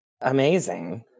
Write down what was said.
Amazing